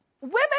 Women